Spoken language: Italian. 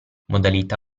modalità